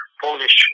Polish